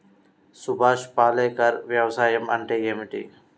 సుభాష్ పాలేకర్ వ్యవసాయం అంటే ఏమిటీ?